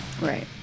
Right